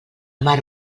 mar